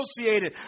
associated